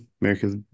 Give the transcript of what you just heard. America's